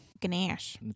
Ganache